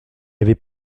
avait